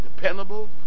dependable